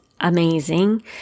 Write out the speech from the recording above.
amazing